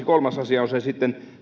kolmas asia on sitten